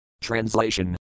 Translation